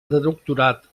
doctorat